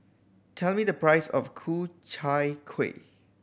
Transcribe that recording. tell me the price of Ku Chai Kuih